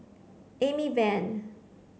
Amy Van